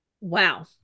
Wow